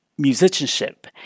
musicianship